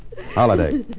Holiday